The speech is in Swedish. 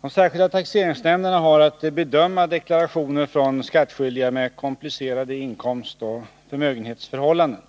De särskilda taxeringsnämnderna har att bedöma deklarationer från skattskyldiga med komplicerade inkomstoch förmögenhetsförhållanden.